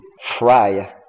fry